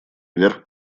вверх